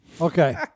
Okay